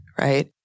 right